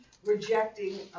rejecting